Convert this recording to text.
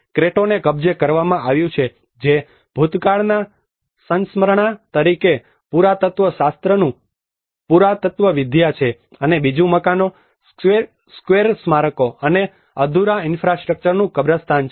ક્રેટોને કબજે કરવામાં આવ્યું છે જે ભૂતકાળના સંસ્મરણા તરીકે પુરાતત્ત્વશાસ્ત્રનું પુરાતત્ત્વવિદ્યા છે અને બીજું મકાનો સ્ક્વેર સ્મારકો અને અધૂરા ઇન્ફ્રાસ્ટ્રક્ચરનું કબ્રસ્તાન છે